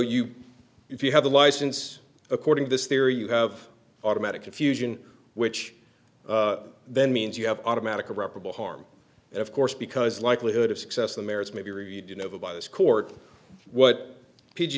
if you have a license according to this theory you have automatic confusion which then means you have automatic irreparable harm and of course because likelihood of success the merits may be read you know by this court what p